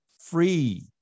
free